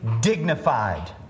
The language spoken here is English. dignified